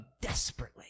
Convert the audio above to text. desperately